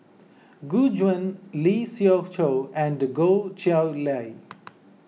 Gu Juan Lee Siew Choh and Goh Chiew Lye